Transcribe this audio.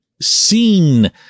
seen